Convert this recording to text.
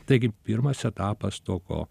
taigi pirmas etapas tokio